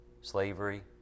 slavery